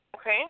Okay